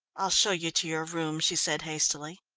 i'll show you to your room, she said hastily.